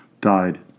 died